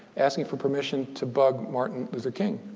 asking for permission to bug martin luther king.